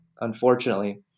unfortunately